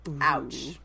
Ouch